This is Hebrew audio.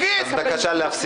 אתה גורר אותי לשם.